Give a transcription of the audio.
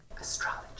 Astrology